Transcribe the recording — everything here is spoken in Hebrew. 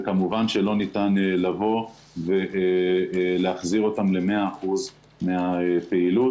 וכמובן שלא ניתן לבוא ולהחזיר אותם ל-100% מהפעילות.